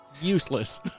Useless